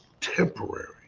temporary